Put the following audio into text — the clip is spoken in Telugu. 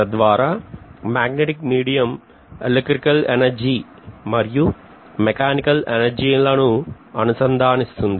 తద్వారా మాగ్నెటిక్ మీడియం ఎలక్ట్రికల్ ఎనర్జీ మరియు మెకానికల్ ఎనర్జీ లను అనుసంధానిస్తోంది